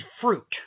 fruit